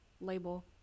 label